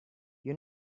you